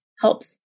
helps